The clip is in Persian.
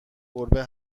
گربه